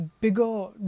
bigger